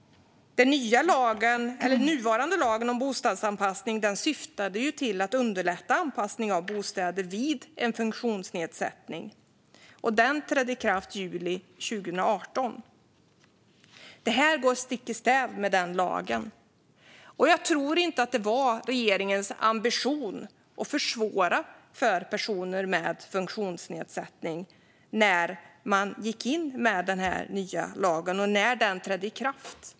Den nuvarande lagen om bostadsanpassning syftade till att underlätta anpassning av bostäder vid en funktionsnedsättning, och den trädde i kraft i juli 2018. Detta går stick i stäv med den lagen. Jag tror inte att det var regeringens ambition att försvåra för personer med funktionsnedsättning när man gick fram med den nya lagen och såg till att den trädde i kraft.